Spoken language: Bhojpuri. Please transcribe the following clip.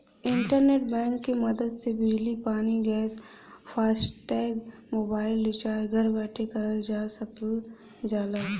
इंटरनेट बैंक क मदद से बिजली पानी गैस फास्टैग मोबाइल रिचार्ज घर बैठे करल जा सकल जाला